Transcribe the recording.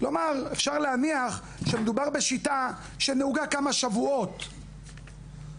אפשר להניח שמדובר בשיטה שנהוגה כמה שבועות,